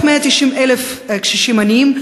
מ-190,000 קשישים עניים,